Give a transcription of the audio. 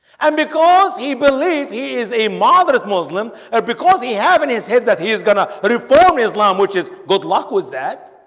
and because he believed he is a moderate muslim and because he have in his head that he is gonna refer me islam which is good luck with that